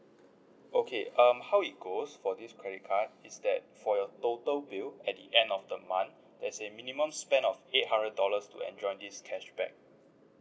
okay um how it goes for this credit card is that for your total bill at the end of the month there's a minimum spend of eight hundred dollars to enjoy this cashback